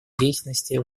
деятельности